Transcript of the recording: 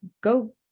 go